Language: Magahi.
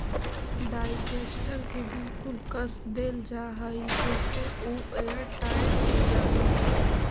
डाइजेस्टर के बिल्कुल कस देल जा हई जेसे उ एयरटाइट हो जा हई